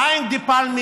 בריאן דה פלמה